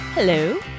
Hello